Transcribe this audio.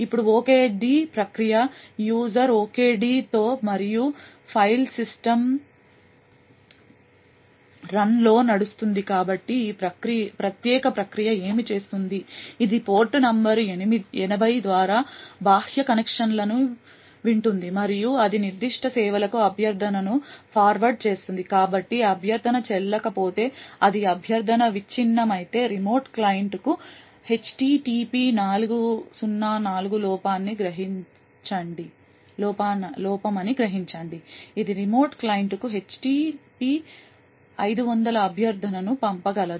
ఇప్పుడు OKD ప్రక్రియ user OKD తో మరియు ఫైల్ సిస్టమ్ రన్లో నడుస్తుంది కాబట్టి ఈ ప్రత్యేక ప్రక్రియ ఏమి చేస్తుంది ఇది పోర్ట్ నంబర్ 80 ద్వారా బాహ్య కనెక్షన్లను వింటుంది మరియు అది నిర్దిష్ట సేవలకు అభ్యర్థనను ఫార్వార్డ్ చేస్తుంది కాబట్టి అభ్యర్థన చెల్లకపోతే అది అభ్యర్థన విచ్ఛిన్నమైతే రిమోట్ క్లయింట్కు HTTP 404 లోపాన్ని గ్రహించండి అది రిమోట్ క్లయింట్కు HTP 500 అభ్యర్థనను పంపగలదు